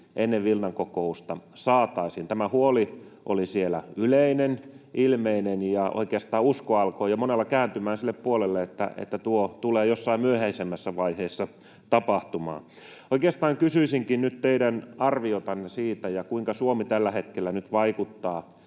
tule Ruotsin osalta riittämään. Tämä huoli oli siellä yleinen, ilmeinen, ja oikeastaan usko alkoi jo monella kääntymään sille puolelle, että se tulee jossain myöhäisemmässä vaiheessa tapahtumaan. Oikeastaan kysyisinkin nyt teidän arviotanne siitä ja siitä, kuinka Suomi nyt tällä hetkellä vaikuttaa